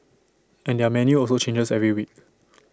and their menu also changes every week